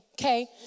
okay